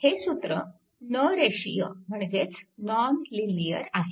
हे सूत्र न रेषीय म्हणजेच नॉन लिनिअर आहे